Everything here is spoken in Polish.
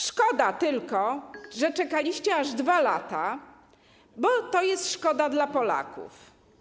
Szkoda tylko, że czekaliście aż 2 lata, bo to jest szkoda dla Polaków.